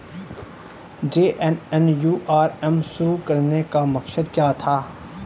JNNURM शुरू करने का मकसद क्या था?